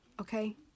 Okay